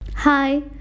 Hi